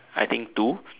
I think two